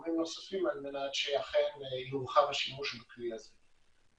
וגורמים נוספים, על מנת שיורחב השימוש בכלי הזה.